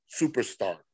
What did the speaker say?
superstar